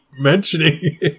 mentioning